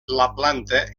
planta